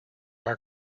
our